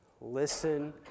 listen